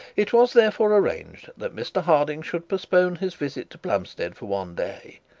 it was therefore arranged that mr harding should postpone his visit to plumstead for one day,